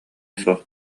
суох